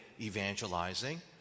evangelizing